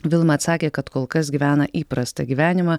vilma atsakė kad kol kas gyvena įprastą gyvenimą